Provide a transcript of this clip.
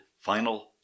final